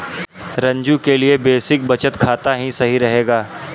रंजू के लिए बेसिक बचत खाता ही सही रहेगा